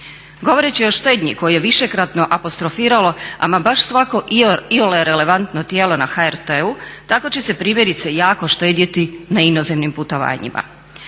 Govoreći o štednji koju je višekratno apostrofiralo ama baš svako iole relevantno tijelo na HRT-u tako će se primjerice jako štedjeti na inozemnim putovanjima.